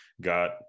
got